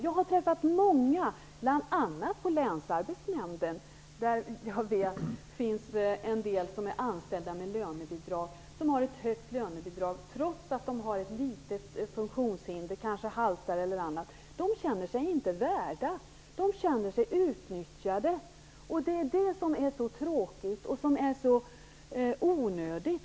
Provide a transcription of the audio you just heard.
Jag har träffat många, bl.a. på länsarbetsnämnden där det finns en del som är anställda med lönebidrag, som har ett högt lönebidrag trots att de har ett litet funktionshinder. De kanske haltar eller något liknande. De känner sig inte värda något. De känner sig utnyttjade. Detta är så tråkigt och så onödigt.